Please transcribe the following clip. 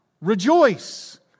rejoice